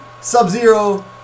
Sub-Zero